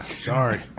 Sorry